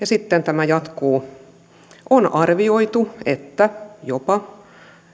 sitten tämä jatkuu on arvioitu että jopa